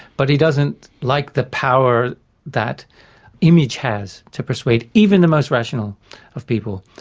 but he doesn't like the power that image has to persuade even the most rational of people.